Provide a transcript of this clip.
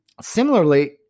similarly